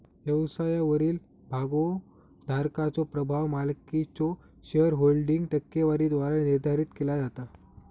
व्यवसायावरील भागोधारकाचो प्रभाव मालकीच्यो शेअरहोल्डिंग टक्केवारीद्वारा निर्धारित केला जाता